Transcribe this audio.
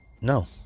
No